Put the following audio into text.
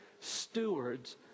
stewards